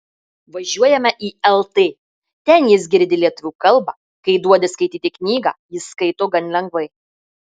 važiuojame į lt ten jis girdi lietuvių kalbą kai duodi skaityti knygą jis skaito gan lengvai